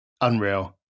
unreal